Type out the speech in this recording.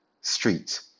Street